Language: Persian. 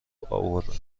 اوردم